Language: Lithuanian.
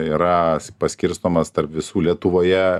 yra paskirstomas tarp visų lietuvoje